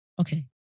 Okay